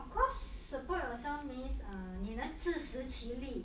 of course support youself means err 你能自食其力